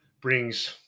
brings